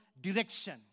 direction